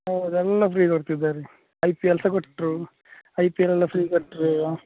ಹೌದು ಎಲ್ಲ ಫ್ರೀ ಕೊಡ್ತಿದ್ದಾರೆ ಐ ಪಿ ಎಲ್ ಸಹ ಕೊಟ್ಟರು ಐ ಪಿ ಎಲ್ ಎಲ್ಲ ಫ್ರೀ ಕೊಟ್ಟರು